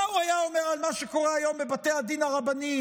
מה הוא היה אומר על מה שקורה היום בבתי הדין הרבניים,